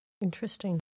Interesting